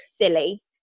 silly